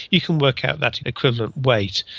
you can work out that equivalent weight.